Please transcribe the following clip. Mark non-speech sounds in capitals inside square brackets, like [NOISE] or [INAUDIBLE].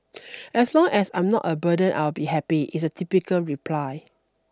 [NOISE] as long as I am not a burden I will be happy is a typical reply